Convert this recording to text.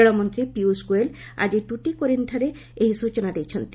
ରେଳ ମନ୍ତ୍ରୀ ପୀୟୁଷ ଗୋଏଲ୍ ଆକି ଟୁଟିକୋରିନ୍ଠାରେ ଏହି ସୂଚନା ଦେଇଛନ୍ତି